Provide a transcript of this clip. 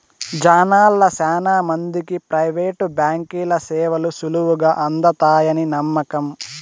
జనాల్ల శానా మందికి ప్రైవేటు బాంకీల సేవలు సులువుగా అందతాయని నమ్మకం